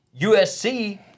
USC